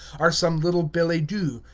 are some little billets-doux,